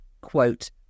quote